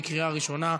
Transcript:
בקריאה ראשונה.